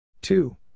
Two